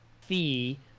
fee